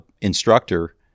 instructor